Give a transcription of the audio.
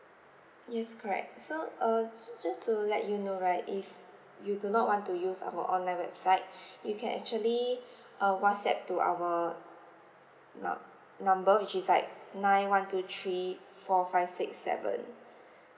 yes correct so uh ju~ just to let you know right if you do not want to use our online website you can actually uh whatsapp to our num~ number which is like nine one two three four five six seven